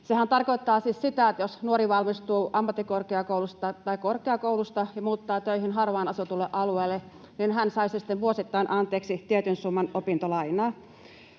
Sehän tarkoittaa siis sitä, että jos nuori valmistuu ammattikorkeakoulusta tai korkeakoulusta ja muuttaa töihin harvaan asutulle alueelle, niin hän saisi sitten vuosittain anteeksi tietyn summan opintolainaa.